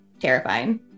terrifying